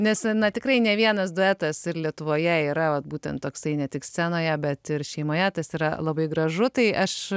nes na tikrai ne vienas duetas lietuvoje yra vat būtent toksai ne tik scenoje bet ir šeimoje tas yra labai gražu tai aš